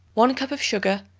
one cup of sugar,